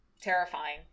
Terrifying